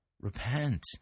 Repent